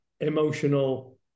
emotional